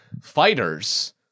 Fighters